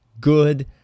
good